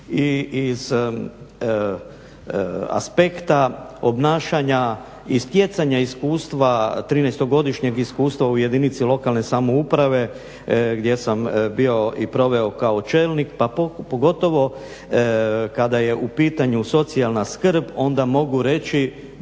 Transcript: i iz aspekta obnašanja i stjecanja iskustva, 13-godišnjeg iskustva, u jedinici lokalne samouprave gdje sam bio i proveo kao čelnik pa pogotovo kada je u pitanju socijalna skrb onda mogu reći